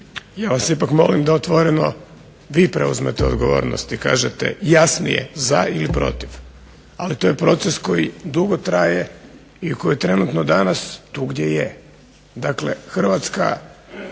Ja vas ipak molim da otvoreno vi preuzmete odgovornost i kažete jasnije za ili protiv, ali to je proces koji dugo traje i koji trenutno danas tu gdje je. Dakle, Hrvatska